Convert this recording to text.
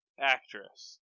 actress